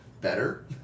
better